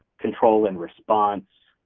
control and response,